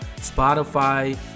Spotify